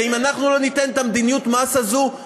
כי אם אנחנו לא ניתן את מדיניות המס הזאת,